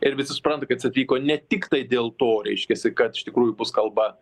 ir visi supranta kad jis atvyko ne tiktai dėl to reiškiasi kad iš tikrųjų bus kalba